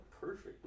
perfect